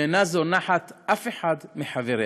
שאינה זונחת אף אחד מחבריה.